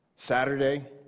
Saturday